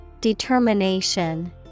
Determination